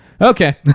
Okay